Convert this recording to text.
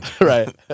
Right